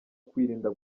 kwirinda